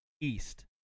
East